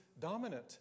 dominant